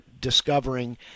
discovering